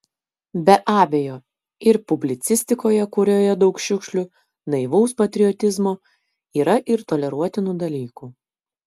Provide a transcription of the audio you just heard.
be abejo ir publicistikoje kurioje daug šiukšlių naivaus patriotizmo yra ir toleruotinų dalykų